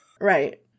Right